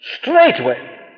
straightway